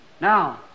Now